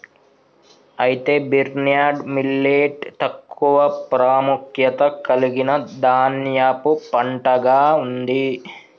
అయితే barnyard millet తక్కువ ప్రాముఖ్యత కలిగిన ధాన్యపు పంటగా ఉంది